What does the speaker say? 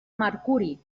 mercuri